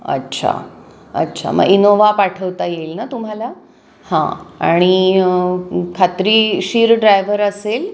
अच्छा अच्छा मग इनोवा पाठवता येईल ना तुम्हाला हां आणि खात्रीशीर ड्रायव्हर असेल